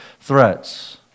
threats